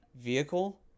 vehicle